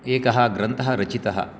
एकः ग्रन्थः रचितः